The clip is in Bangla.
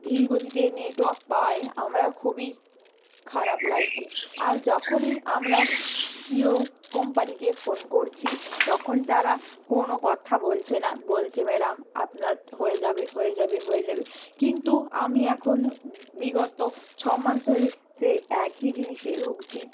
ধীর গতিতে নেটওয়ার্ক পাওয়ায় আমরা খুবই খারাপ লাগছে আর যখনই আমরা জিও কম্পানিকে ফোন করছি তখন তারা কোনো কথা বলছে না বলছে ম্যাডাম আপনার হয়ে যাবে হয়ে যাবে হয়ে যাবে কিন্তু আমি এখন বিগত ছমাস ধরে ফের একই জিনিসে ভুগছি